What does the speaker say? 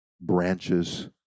branches